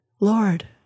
Lord